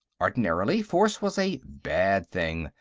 ordinarily, force was a bad thing,